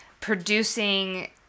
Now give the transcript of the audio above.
producing